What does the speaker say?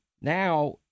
now